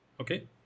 Okay